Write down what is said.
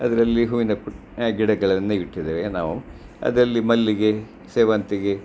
ಅದರಲ್ಲಿ ಹೂವಿನ ಕು ಗಿಡಗಳನ್ನು ಇಟ್ಟಿದ್ದೇವೆ ನಾವು ದರಲ್ಲಿ ಮಲ್ಲಿಗೆ ಸೇವಂತಿಗೆ